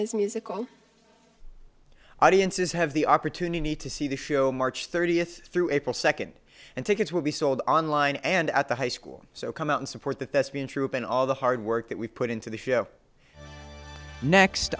very musical audiences have the opportunity to see the show march thirtieth through april second and tickets will be sold online and at the high school so come out and support the thespian troupe and all the hard work that we put into the show next